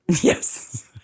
Yes